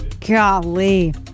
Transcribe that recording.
Golly